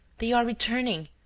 they are returning!